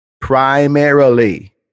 primarily